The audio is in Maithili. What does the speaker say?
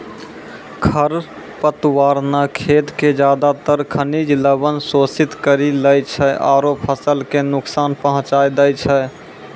खर पतवार न खेत के ज्यादातर खनिज लवण शोषित करी लै छै आरो फसल कॅ नुकसान पहुँचाय दै छै